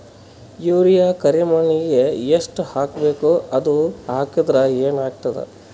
Urea ಕರಿಮಣ್ಣಿಗೆ ಎಷ್ಟ್ ಹಾಕ್ಬೇಕ್, ಅದು ಹಾಕದ್ರ ಏನ್ ಆಗ್ತಾದ?